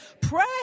Pray